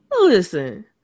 Listen